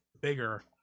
bigger